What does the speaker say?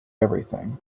everything